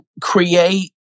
create